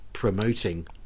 promoting